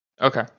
Okay